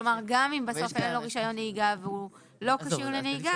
כלומר גם אם בסוף אין לו רישיון נהיגה והוא לא כשיר לנהיגה